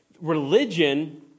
religion